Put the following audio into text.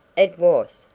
it was,